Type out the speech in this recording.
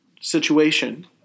situation